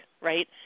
right